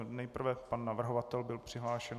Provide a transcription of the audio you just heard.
Nejprve pan navrhovatel byl přihlášen.